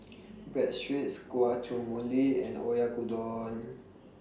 Breadsticks Guacamole and Oyakodon